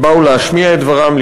שבאו להשמיע את דברם,